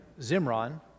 Zimron